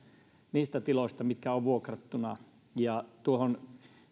niistä tiloista mitkä ovat vuokrattuna tuohon